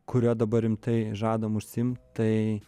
kuriuo dabar rimtai žadam užsiimt tai